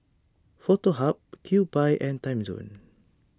Foto Hub Kewpie and Timezone